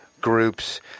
groups